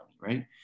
right